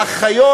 לאחיות.